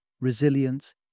resilience